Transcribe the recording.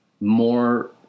more